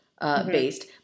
based